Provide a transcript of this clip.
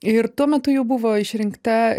ir tuo metu jau buvo išrinkta